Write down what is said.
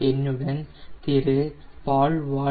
என்னுடன் திரு பால்வால் Mr